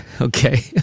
Okay